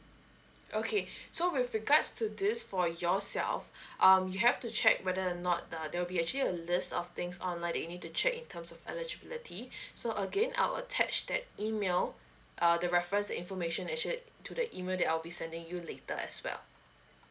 okay so with regards to this for yours yourself um you have to check whether or not there will be actually a list of things online that you need to check in terms of eligibility so again I'll attach that email uh the reference information actually to the email that I'll be sending you later as well